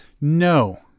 No